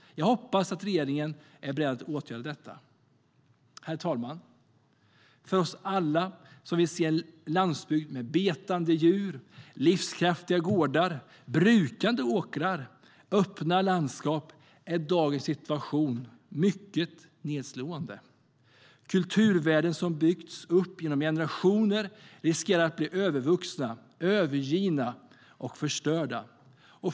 Jag hoppas att regeringen är beredd att åtgärda detta. Herr talman! För alla oss som vill se en landsbygd med betande djur, livskraftiga gårdar, brukade åkrar och öppna landskap är dagens situation mycket nedslående. Kulturvärden som byggts upp genom generationer riskerar att bli övervuxna, övergivna och förstörda.